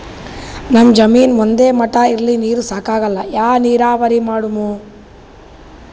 ನಮ್ ಜಮೀನ ಒಂದೇ ಮಟಾ ಇಲ್ರಿ, ನೀರೂ ಸಾಕಾಗಲ್ಲ, ಯಾ ನೀರಾವರಿ ಮಾಡಮು?